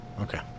Okay